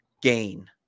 gain